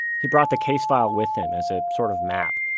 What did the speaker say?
he brought the case file with him as a sort of map.